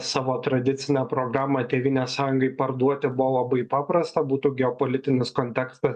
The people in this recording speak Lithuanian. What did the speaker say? savo tradicinę programą tėvynės sąjungai parduoti buvo labai paprasta būtų geopolitinis kontekstas